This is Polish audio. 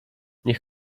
niech